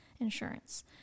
Insurance